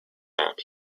map